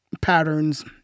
patterns